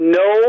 no